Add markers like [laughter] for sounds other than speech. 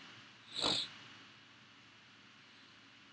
[noise]